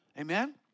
Amen